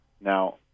Now